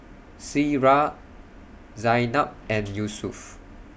Syirah Zaynab and Yusuf